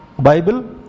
Bible